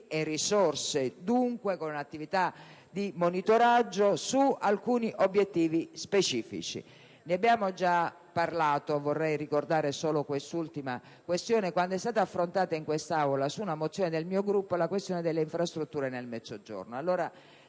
e risorse con un'attività di monitoraggio su alcuni obiettivi specifici. Ne abbiamo già parlato - vorrei ricordare solo quest'ultima problematica - quando è stata affrontata in Aula con una mozione del mio Gruppo la questione delle infrastrutture nel Mezzogiorno.